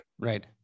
Right